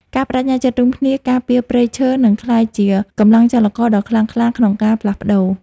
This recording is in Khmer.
ការប្តេជ្ញាចិត្តរួមគ្នាការពារព្រៃឈើនឹងក្លាយជាកម្លាំងចលករដ៏ខ្លាំងក្លាក្នុងការផ្លាស់ប្តូរ។